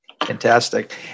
Fantastic